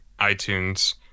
iTunes